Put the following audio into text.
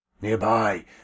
Nearby